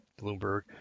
Bloomberg